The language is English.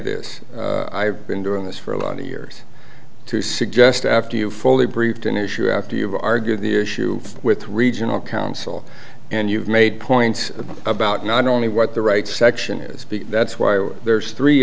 this i've been doing this for a lot of years to suggest after you fully briefed an issue after you've argued the issue with regional council and you've made points about not only what the right section is that's why there's three